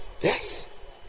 Yes